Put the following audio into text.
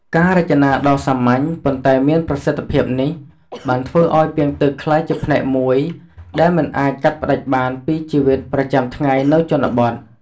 ការរចនាដ៏សាមញ្ញ ប៉ុន្តែមានប្រសិទ្ធភាពនេះ បានធ្វើឲ្យពាងទឹកក្លាយជាផ្នែកមួយដែលមិនអាចកាត់ផ្ដាច់បានពីជីវិតប្រចាំថ្ងៃនៅជនបទ។